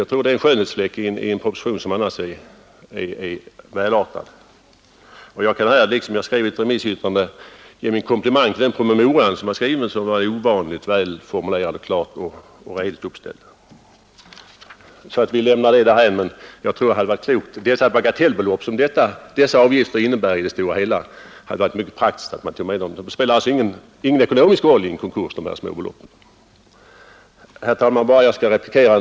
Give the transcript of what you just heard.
Den behandlar en skönhetsfläck i en proposition som annars är välartad. Jag kan här, såsom jag skrivit i mitt remissyttrande tidigare, ge min komplimang till den som har skrivit promemorian; den var ovanligt väl formulerad och klart och redigt uppställd. Vi lämnar det därhän, men jag tror att det hade varit klokt att ta med de avgifter jag nämnt i motionen. Det hade varit mycket praktiskt att man tagit med de bagatellbelopp som dessa avgifter innebär i det stora hela. De här små beloppen spelar alltså ingen ekonomisk roll i en konkurs.